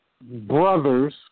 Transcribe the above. brothers